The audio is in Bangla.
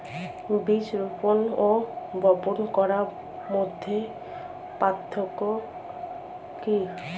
বীজ রোপন ও বপন করার মধ্যে পার্থক্য কি?